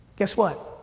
guess what?